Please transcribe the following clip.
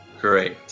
Great